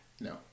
No